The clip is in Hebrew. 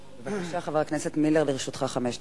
בבקשה, חבר הכנסת מילר, לרשותך חמש דקות.